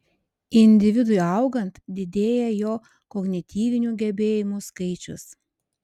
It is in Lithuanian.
individui augant didėja jo kognityvinių gebėjimų skaičius